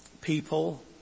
people